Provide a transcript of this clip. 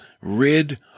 rid